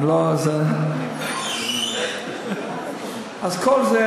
אם לא זה, אז כל זה